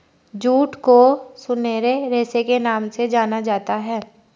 jute को सुनहरे रेशे के नाम से जाना जाता है